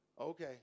Okay